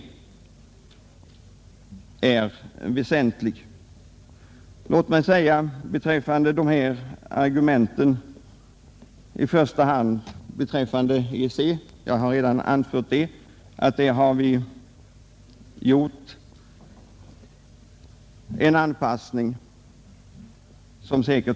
För övrigt synes krav på prisförbättringar redan göra sig gällande inom EEC.